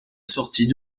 sortie